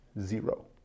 zero